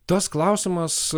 tas klausimas